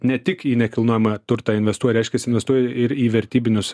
ne tik į nekilnojamą turtą investuoja reiškias investuoja ir į vertybinius